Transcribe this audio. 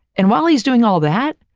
and while he's doing all that,